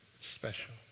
special